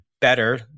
better